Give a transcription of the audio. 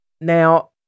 Now